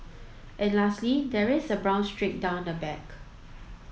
and lastly there is a brown streak down the back